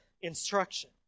instruction